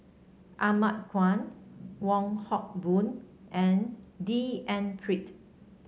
Ahmad Khan Wong Hock Boon and D N Pritt